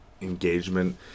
engagement